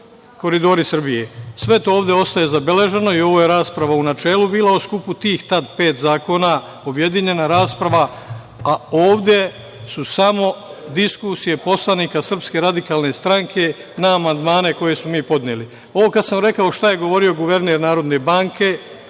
„Koridori Srbije“. Sve to ovde ostaje zabeleženo. Ovde je rasprava u načelu bila u skupu tih tada pet zakona, objedinjena rasprava, a ovde su samo diskusije poslanika SRS na amandmane koje smo mi podneli. Ovo kada sam rekao šta je govorio guverner NBS i